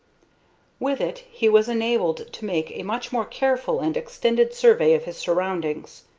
with it he was enabled to make a much more careful and extended survey of his surroundings.